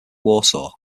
warsaw